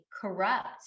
corrupt